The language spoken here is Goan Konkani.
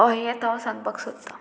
हय येंच हांव सांगपाक सोदतां